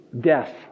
Death